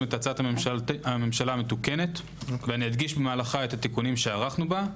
את הצעת הממשלה המתוקנת ואדגיש במהלכה את התיקונים שערכנו בה.